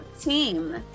team